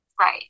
Right